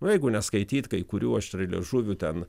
nu jeigu neskaityt kai kurių aštrialiežuvių ten